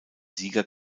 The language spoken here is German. sieger